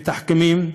בתחכומים,